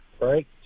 right